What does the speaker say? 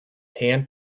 tan